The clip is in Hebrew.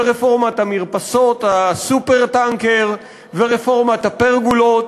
ורפורמת המרפסות, ה"סופר-טנקר", ורפורמת הפרגולות,